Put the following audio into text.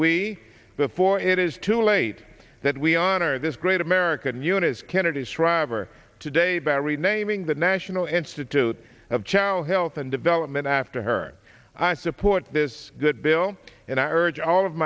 we before it is too late that we honor this great american eunice kennedy shriver today by renaming the national institute of child health and development after her i support this good bill and i urge all of